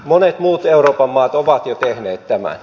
monet muut euroopan maat ovat jo tehneet tämän